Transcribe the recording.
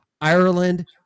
ireland